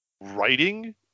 writing